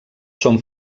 són